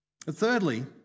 thirdly